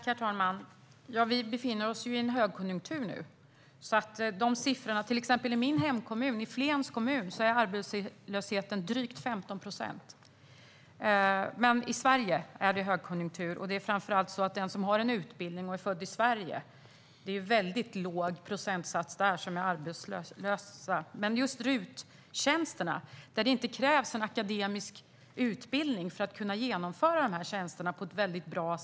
Herr talman! Vi befinner oss i en högkonjunktur nu. Men i till exempel min hemkommun Flen är arbetslösheten drygt 15 procent. Det är framför allt så att bland dem som har en utbildning och är födda i Sverige är arbetslösheten mycket låg. Men för att utföra just RUT-tjänsterna på ett bra sätt krävs det inte en akademisk utbildning.